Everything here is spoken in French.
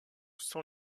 sans